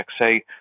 say